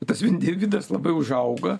tas individas labai užauga